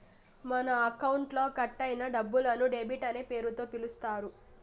మన అకౌంట్లో కట్ అయిన డబ్బులను డెబిట్ అనే పేరుతో పిలుత్తారు